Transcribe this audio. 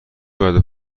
باید